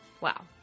Wow